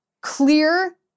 clear